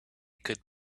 could